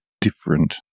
different